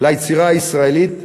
ליצירה הישראלית,